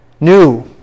New